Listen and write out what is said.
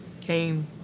came